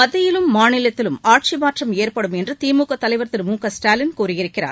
மத்தியிலும் மாநிலத்திலும் ஆட்சி மாற்றம் ஏற்படும் என்று திமுக தலைவர் திரு மு க ஸ்டாலின் கூறியிருக்கிறார்